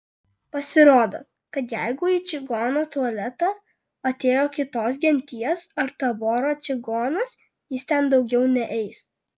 pasirodo kad jeigu į čigono tualetą atėjo kitos genties ar taboro čigonas jis ten daugiau neeis